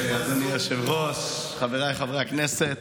אדוני היושב-ראש, חבריי חברי הכנסת,